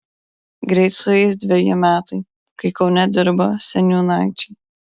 greit sueis dveji metai kai kaune dirba seniūnaičiai